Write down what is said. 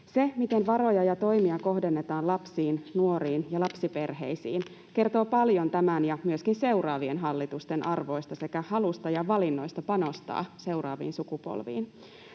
Se, miten varoja ja toimia kohdennetaan lapsiin, nuoriin ja lapsiperheisiin, kertoo paljon tämän ja myöskin seuraavien hallitusten arvoista sekä halusta ja valinnoista panostaa seuraaviin sukupolviin.